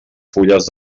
fulles